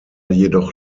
jedoch